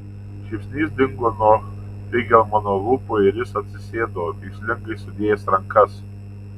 šypsnys dingo nuo feigelmano lūpų ir jis atsisėdo mįslingai sudėjęs rankas